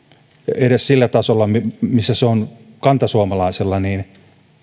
edes sillä tasolla missä se on kantasuomalaisella niin